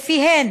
שלפיהן